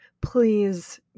Please